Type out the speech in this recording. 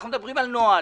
אנחנו מדברים על נוהל.